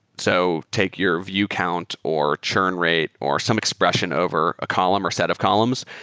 so take your view count or churn rate or some expression over a column or set of columns.